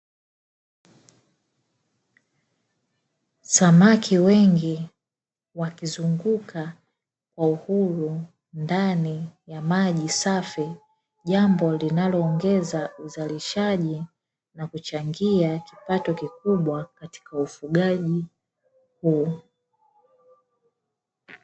Samaki wengi wakizunguka kwa uhuru ndani ya maji safi jambo linaloongeza uzalishaji na kuchangia kipato kikubwa katika ufugaji huu.